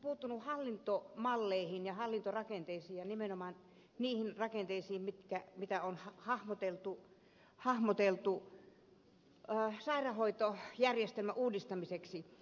olisin puuttunut hallintomalleihin ja hallintorakenteisiin ja nimenomaan niihin rakenteisiin joita on hahmoteltu sairaanhoitojärjestelmän uudistamiseksi